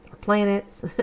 planets